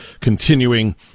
continuing